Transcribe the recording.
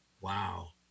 Wow